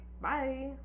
Bye